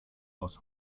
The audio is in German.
aus